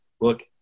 Look